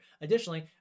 Additionally